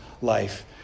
life